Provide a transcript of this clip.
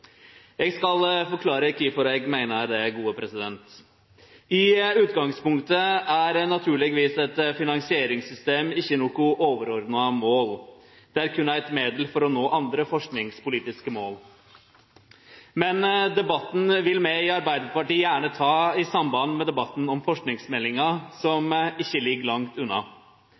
Eg skal forklare kvifor eg meiner det. I utgangspunktet er naturlegvis eit finansieringssystem ikkje noko overordna mål. Det er berre eit middel for å nå andre forskingspolitiske mål. Men debatten vil me i Arbeidarpartiet gjerne ta i samband med debatten om forskingsmeldinga, som ikkje ligg langt